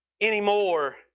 anymore